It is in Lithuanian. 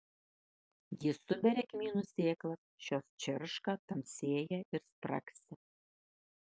ji suberia kmynų sėklas šios čirška tamsėja ir spragsi